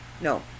No